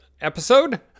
episode